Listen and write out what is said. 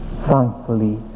thankfully